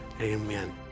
amen